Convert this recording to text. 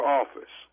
office